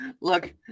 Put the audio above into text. Look